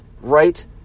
right